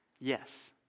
Yes